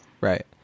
Right